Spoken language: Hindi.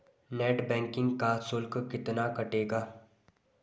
नेट बैंकिंग का शुल्क कितना कटेगा?